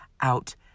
out